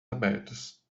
abertos